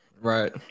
Right